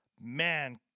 Man